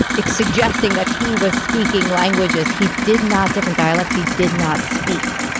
like suggesting that he was speaking languages. he did not. different dialects. he did not speak.